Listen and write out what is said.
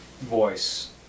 voice